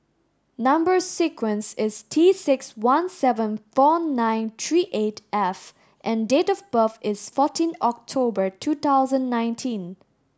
number sequence is T six one seven four nine three eight F and date of birth is fourteen October two thousand nineteen